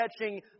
catching